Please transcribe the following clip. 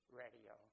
radio